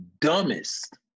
dumbest